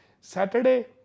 Saturday